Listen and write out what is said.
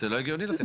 זה לא הגיוני לתת.